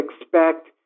expect